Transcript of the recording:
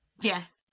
yes